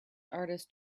artist